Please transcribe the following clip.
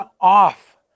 off